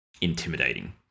intimidating